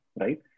right